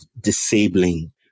disabling